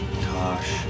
Tosh